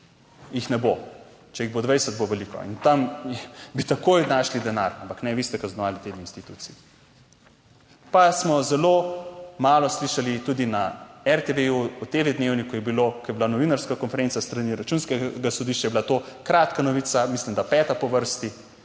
jih ne bo, če jih bo 20 bo veliko in tam bi takoj našli denar. Ampak ne, vi ste kaznovali te dve instituciji. Pa smo zelo malo slišali tudi na RTV, v TV Dnevniku je bilo, ko je bila novinarska konferenca s strani Računskega sodišča je bila to kratka novica, mislim, da peta po vrsti.